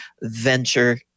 venture